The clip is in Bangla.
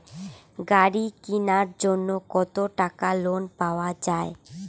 গাড়ি কিনার জন্যে কতো টাকা লোন পাওয়া য়ায়?